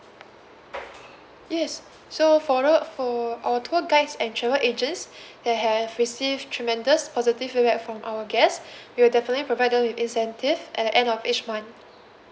yes so for tho~ for our tour guides and travel agents they have receive tremendous positive feedback from our guest we'll definitely provide them with incentive at the end of each month